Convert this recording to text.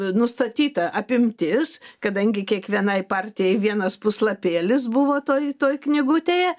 nustatyta apimtis kadangi kiekvienai partijai vienas puslapėlis buvo toj toj knygutėje